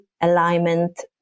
alignment